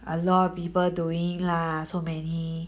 a lot of people doing it lah so many